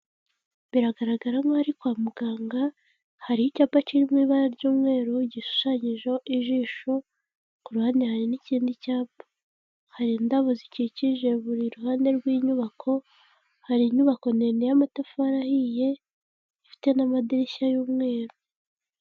Biragaragara nkaho ari kwa muganga, hari icyapa kiri mu ibara ry'umweru, gishushanyijeho ijisho, ku ruhande hari n'ikindi cyapa. Hari indabo zikikije buri ruhande rw'inyubako, hari inyubako ndende y'amatafari ahiye, ifite n'amadirishya y'umweru.